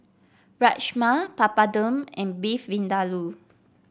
Rajma Papadum and Beef Vindaloo